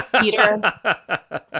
Peter